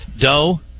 Doe